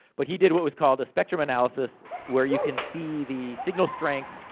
but he did what was called, a spectrum analysis, where you can see the signal strength,